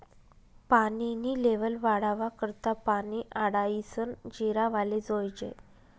पानी नी लेव्हल वाढावा करता पानी आडायीसन जिरावाले जोयजे